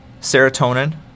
Serotonin